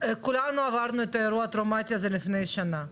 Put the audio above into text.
כולנו עברנו את האירוע הטראומתי הזה לפני שנה.